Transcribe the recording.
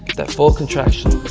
that full contraction.